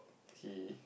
he